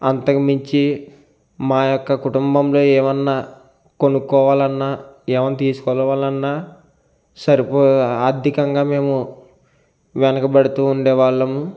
అంతకుమించి మా యొక్క కుటుంబంలో ఏవన్నా కొనుక్కోవాలన్నా ఏమన్నా తీసుకోవాలన్న సరిపోయే ఆర్థికంగా మేము వెనకబడుతూ ఉండేవాళ్ళము